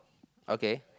okay